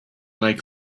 like